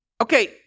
Okay